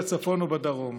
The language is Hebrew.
בצפון או בדרום.